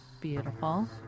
beautiful